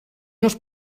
not